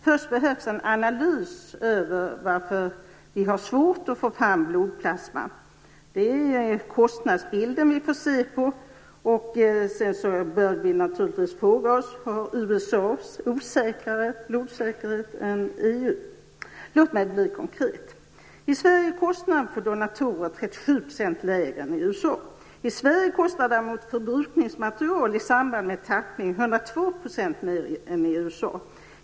Först behövs en analys över varför vi har svårt att få fram blodplasma. Det är kostnadsbilden vi får se på. Vi bör naturligtvis fråga oss om USA har osäkrare blodförsörjningssituation än EU. Låt mig bli konkret. I Sverige är kostnaderna för donatorer 37 % lägre än i USA. I Sverige kostar däremot förbrukningsmaterial i samband med tappning 102 % mer än i USA.